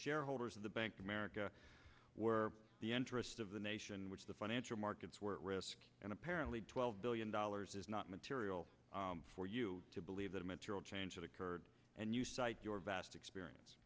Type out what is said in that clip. shareholders of the bank of america were the interest of the nation which the financial markets were risk and apparently twelve billion dollars is not material for you to believe that a material change occurred and you cite your vast experience